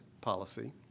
policy